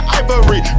ivory